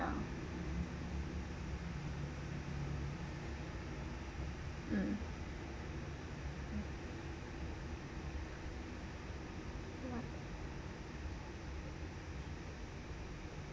mm mm